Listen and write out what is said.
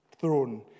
throne